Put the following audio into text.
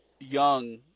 Young